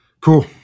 Cool